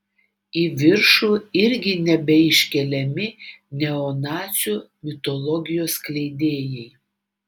į viršų irgi nebeiškeliami neonacių mitologijos skleidėjai